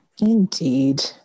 Indeed